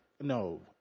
no